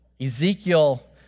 Ezekiel